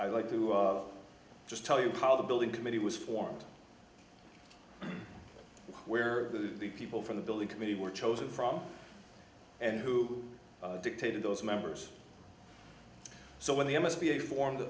i'd like to just tell you how the building committee was formed where the people from the building committee were chosen from and who dictated those members so when the m s b a form